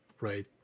Right